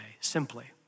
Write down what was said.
simply